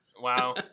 Wow